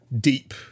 deep